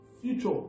future